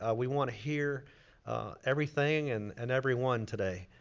ah we wanna hear everything and and everyone today.